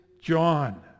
John